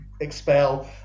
expel